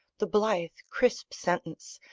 the blithe, crisp sentence,